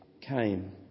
came